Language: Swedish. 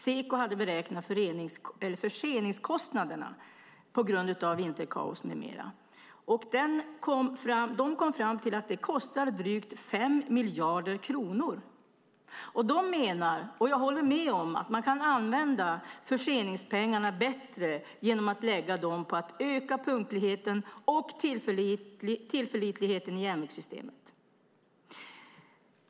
Seko hade beräknat förseningskostnaderna på grund av vinterkaos med mera. De kom fram till att detta kostar drygt 5 miljarder kronor. Seko menar att man kan använda förseningspengarna bättre genom att lägga dem på att öka punktligheten och tillförlitligheten i järnvägssystemet. Det håller jag med om.